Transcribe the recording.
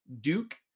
Duke